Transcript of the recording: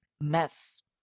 mess